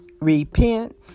Repent